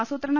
ആസൂത്രണം